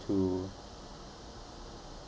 to